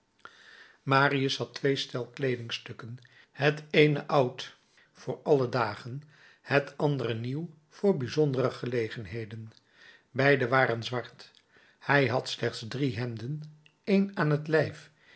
marius had twee stel kleedingstukken het eene oud voor alle dagen het andere nieuw voor bijzondere gelegenheden beide waren zwart hij had slechts drie hemden een aan t lijf